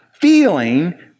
feeling